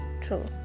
true